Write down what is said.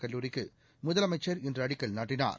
கல்லூரிக்கு முதலமைச்சர் இன்று அடிக்கல் நாட்டினார்